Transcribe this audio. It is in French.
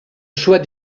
choix